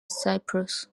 cyprus